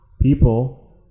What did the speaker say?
people